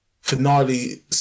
finale